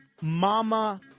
Mama